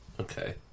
Okay